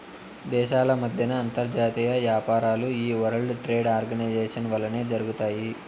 దేశాల మద్దెన అంతర్జాతీయ యాపారాలు ఈ వరల్డ్ ట్రేడ్ ఆర్గనైజేషన్ వల్లనే జరగతాయి